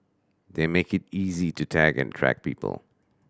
that make it easy to tag and track people